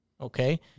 okay